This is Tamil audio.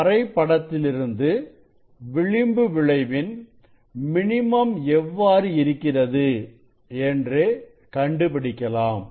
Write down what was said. வரைபடத்திலிருந்து விளிம்பு விளைவின் மினிமம் எவ்வாறு இருக்கிறது என்று கண்டுபிடிக்கலாம்